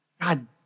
God